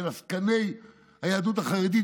של עסקני היהדות החרדית,